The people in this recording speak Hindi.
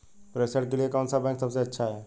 प्रेषण के लिए कौन सा बैंक सबसे अच्छा है?